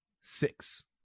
six